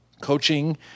coaching